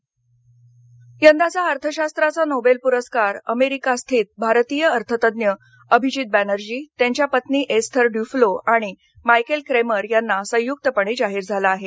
Nobel प्रस्कार यंदाचा अर्थशास्त्राचा नोबेल पुरस्कार अमेरिकास्थित भारतीय अर्थतज्ज्ञ अभिजित बॅनर्जी त्यांच्या पत्नी एस्थर इयूफ्लोआणि मायकेल क्रेमर यांना संयुक्तपणे जाहीर झाला आहे